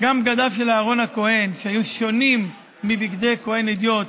גם בגדיו של אהרן הכהן היו שונים מבגדי כהן הדיוט,